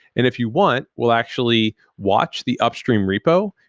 and if you want, we'll actually watch the upstream repo,